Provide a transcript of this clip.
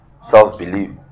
self-belief